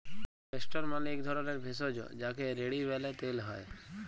castor মালে এক ধরলের ভেষজ যাকে রেড়ি ব্যলে তেল হ্যয়